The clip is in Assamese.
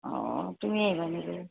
অঁ তুমি আহিবা নেকি